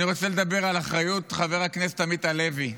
אני רוצה לדבר על אחריות, חבר הכנסת עמית הלוי.